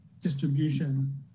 distribution